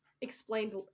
explained